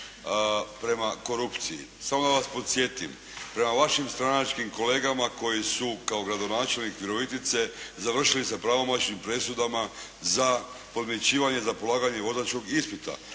prema korupciji. Samo da vas podsjetim. Prema vašim stranačkim kolegama koji su kao gradonačelnik Virovitice završili sa pravomoćnim presudama za podmićivanje za polaganje vozačkog ispita